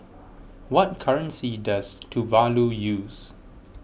what currency does Tuvalu use